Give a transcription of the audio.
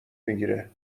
میگیره